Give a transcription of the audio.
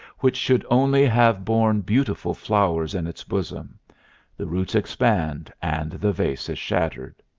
which should only have borne beautiful flowers in its bosom the roots expand and the vase is shattered.